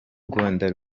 rwanda